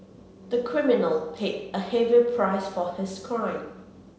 the criminal paid a heavy price for his crime